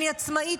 אני עצמאית,